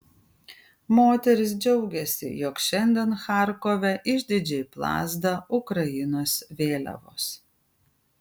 moteris džiaugiasi jog šiandien charkove išdidžiai plazda ukrainos vėliavos